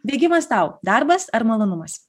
bėgimas tau darbas ar malonumas